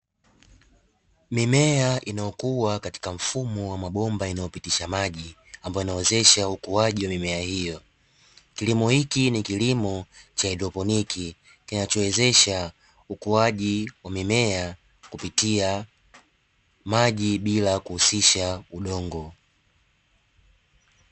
Mimea inayokuwa katika mfumo wa mabomba inayopitisha maji ambayo inawezesha ukuaji mimea hiyo, kilimo hiki ni kilimo cha haidroponiki kinachowezesha ukuaji wa mimea kupitia maji bila kuhusisha udongo.